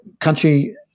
country